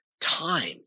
time